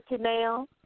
now